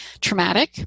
traumatic